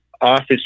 office